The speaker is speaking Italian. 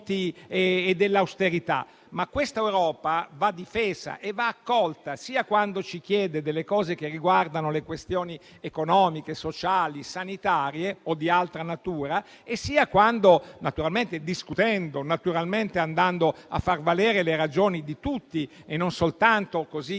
Questa Europa va però difesa e accolta, sia quando ci chiede cose che riguardano le questioni economiche, sociali, sanitarie o di altra natura, sia quando - naturalmente discutendo e andando a far valere le ragioni di tutti e non soltanto di